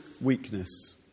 weakness